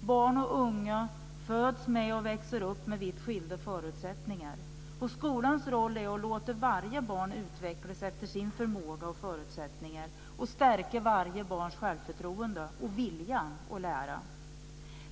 Barn och unga föds med och växer upp med vitt skilda förutsättningar. Skolans roll är att låta varje barn utvecklas efter sin förmåga och sina förutsättningar och att stärka varje barns självförtroende och vilja att lära.